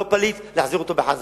לא פליט, להחזיר אותו בחזרה.